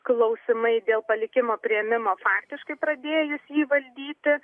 klausimai dėl palikimo priėmimo faktiškai pradėjus jį valdyti